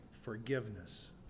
Forgiveness